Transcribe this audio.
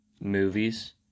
movies